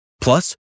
Plus